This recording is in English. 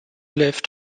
lift